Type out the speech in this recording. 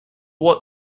what